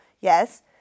yes